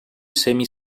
semi